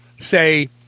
say